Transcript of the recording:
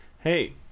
Hey